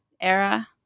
era